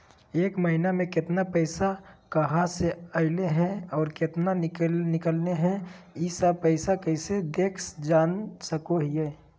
एक महीना में केतना पैसा कहा से अयले है और केतना निकले हैं, ई सब कैसे देख जान सको हियय?